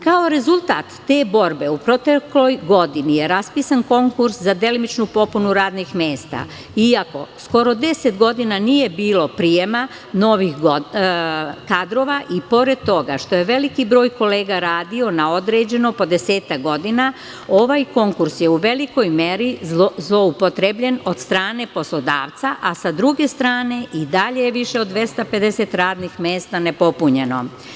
Kao rezultat te borbe u protekloj godini je raspisan konkurs za delimičnu popunu radnih mesta iako skoro deset godina nije bilo prijema novih kadrova i pored toga što je veliki broj kolega radio na određeno, po desetak godina ovaj konkurs je u velikoj meri zloupotrebljen od strane poslodavca, a sa druge strane i dalje je više od 250 radnih mesta nepopunjeno.